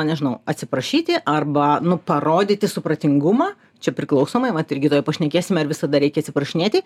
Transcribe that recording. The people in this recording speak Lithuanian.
nežinau atsiprašyti arba parodyti supratingumą čia priklausomai vat irgi tuoj pašnekėsime ar visada reikia atsiprašinėti